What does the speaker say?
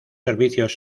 servicios